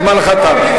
זמנך תם.